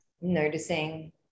noticing